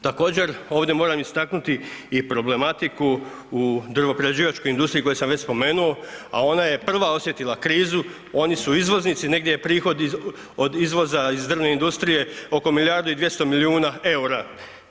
Također, ovdje moram istaknuti i problematiku u drvoprerađivačkoj industriji koju sam već spomenuo, a ona je prva osjetila krizu oni su izvoznici, negdje prihodi od izvoza iz drvne industrije oko milijardu i 200 milijuna EUR-a.